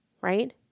right